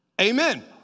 Amen